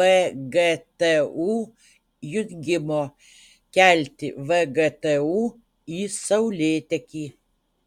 vgtu jungimo kelti vgtu į saulėtekį